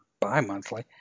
bi-monthly